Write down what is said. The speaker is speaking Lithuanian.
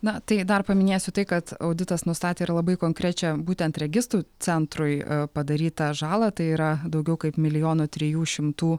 na tai dar paminėsiu tai kad auditas nustatė ir labai konkrečią būtent registrų centrui padarytą žalą tai yra daugiau kaip milijono trijų šimtų